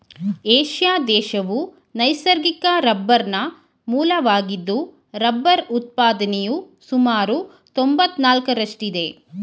Asia ದೇಶವು ನೈಸರ್ಗಿಕ ರಬ್ಬರ್ನ ಮೂಲವಾಗಿದ್ದು ರಬ್ಬರ್ ಉತ್ಪಾದನೆಯು ಸುಮಾರು ತೊಂಬತ್ನಾಲ್ಕರಷ್ಟಿದೆ